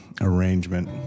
arrangement